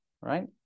Right